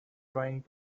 trying